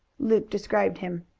luke described him.